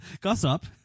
Gossip